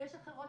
ויש אחרות,